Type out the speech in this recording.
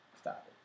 stop